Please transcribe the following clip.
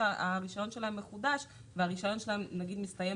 יכולים להיות מוסכים שהרישיון שלהם מחודש והרישיון שלהם נגיד מסתיים